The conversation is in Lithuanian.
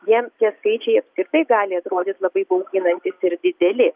jiems tie skaičiai apskritai gali atrodyt labai bauginantys ir dideli